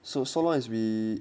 so so long as we